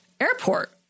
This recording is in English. airport